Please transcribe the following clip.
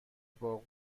باغ